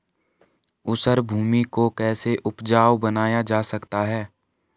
ऊसर भूमि को कैसे उपजाऊ बनाया जा सकता है?